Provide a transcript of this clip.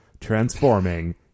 transforming